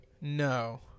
No